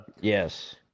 Yes